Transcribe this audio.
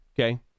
okay